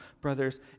brothers